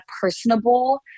personable